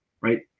Right